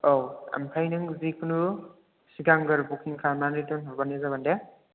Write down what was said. औ ओमफ्राय नों जिखुनु सिगांग्रो बुकिं खालामनानै दोनहरबानो जाबाय दे